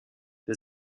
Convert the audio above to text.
der